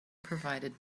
provided